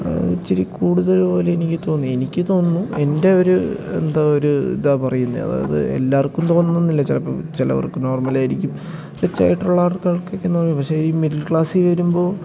ഇച്ചിരി കൂടുതൽ പോലെ എനിക്ക് തോന്നി എനിക്ക് തോന്നുന്നു എൻ്റെ ഒരു എന്താ ഒരു ഇതാ പറയുന്നത് അതായത് എല്ലാവർക്കും തോന്നണമെന്നില്ല ചിലപ്പം ചിലവർക്ക് നോർമലായിരിക്കും റിച്ചായിട്ടുള്ളാൾക്കാർക്കിങ്ങനെ ഒന്നും പക്ഷേ ഈ മിഡിൽ ക്ലാസ്സിൽ വരുമ്പോൾ